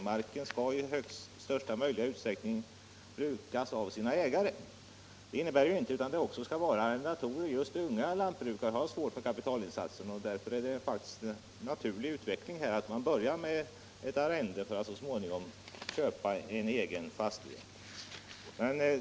Marken skall i största möjliga utsträckning brukas av sina ägare. Detta innebär ju inte att det inte också skall vara arrendatorer. Unga lantbrukare har svårt med kapitalinsatsen, och därför är det faktiskt en naturlig utveckling att man börjar med ett arrende för att så småningom köpa en egen fastighet.